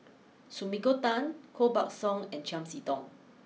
Sumiko Tan Koh Buck Song and Chiam see Tong